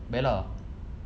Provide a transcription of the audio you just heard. bella